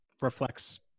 reflects